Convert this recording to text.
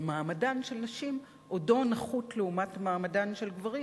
ומעמדן של נשים עודו נחות לעומת מעמדם של גברים,